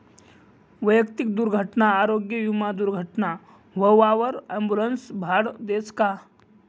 वैयक्तिक दुर्घटना आरोग्य विमा दुर्घटना व्हवावर ॲम्बुलन्सनं भाडं देस का?